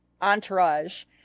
entourage